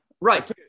Right